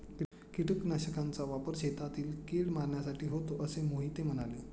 कीटकनाशकांचा वापर शेतातील कीड मारण्यासाठी होतो असे मोहिते म्हणाले